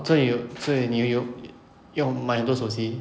所以你有所以你有用买很多手机